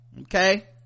okay